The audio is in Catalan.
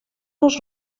els